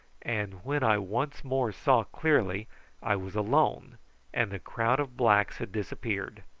and when i once more saw clearly i was alone and the crowd of blacks had disappeared,